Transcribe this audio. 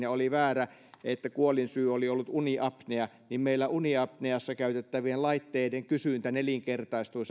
ja oli väärä että kuolinsyy oli ollut uniapnea niin meillä uniapneassa käytettävien laitteiden kysyntä nelinkertaistui